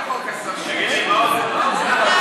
זה לפני חוק הסמים או אחרי חוק הסמים?